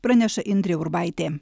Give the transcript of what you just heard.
praneša indrė urbaitė